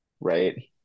right